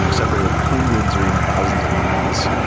you know separated by hundreds or even thousands of miles,